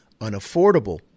unaffordable